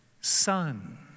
Son